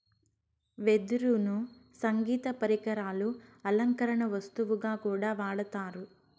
వెదురును సంగీత పరికరాలు, అలంకరణ వస్తువుగా కూడా వాడతారు